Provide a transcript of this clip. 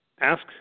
ask